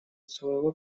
своего